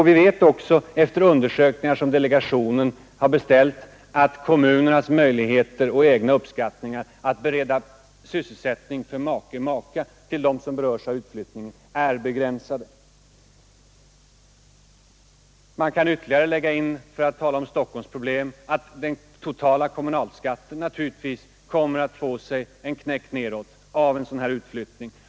Vi vet oc efter undersökningar som gjorts på beställning av delegationen, att kommunerna själva uppskattar att möjligheterna att bereda sysselsätt ning för make/maka till dem som berörs är begränsade. För att ytterligare tala om Stockholmsproblemen kan tilläggas att kommunalskatten naturligtvis kommer att få en knäck nedåt av en sådan här utflyttning.